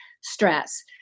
stress